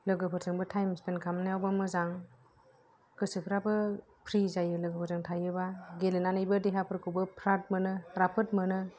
लोगोफोरजोंबो थाएम स्फेन्द खालामनायाव मोजां गोसोफ्राबो फ्रि जायो लोगोफोरजों थायोबा गेलेनानै बो देहा फोरखौबो फ्राथ मोनो राफोद मोनो